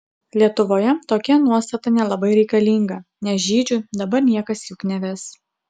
lietuvoje tokia nuostata nelabai reikalinga nes žydžių dabar niekas juk neves